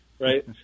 right